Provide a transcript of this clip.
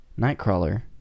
Nightcrawler